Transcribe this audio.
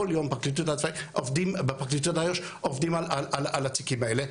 כל יום פרקליטות עובדים באיו"ש עובדים על התיקים האלה,